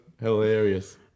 hilarious